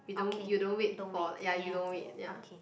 you don't you don't wait for ya you don't wait ya